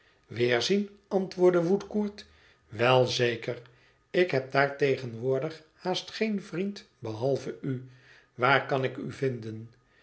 weerzien antwoordde woodcourt wel zeker ik heb daar tegenwoordig haast geen vriend behalve u waar kan ik u vinden